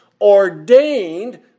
ordained